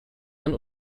dann